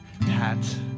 hat